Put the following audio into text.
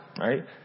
right